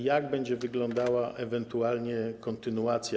Jak będzie wyglądała ewentualnie kontynuacja?